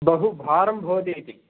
बहु भारं भवतीति